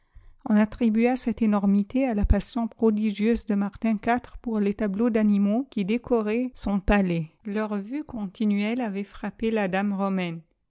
on attribua cette éno mité à la passion prodigieuse de martin iv pour les tableaux d'animaux qui décoraient son iflstcmb des sorciers piiàiê leur vue eomînuelle avait frappé la daim romf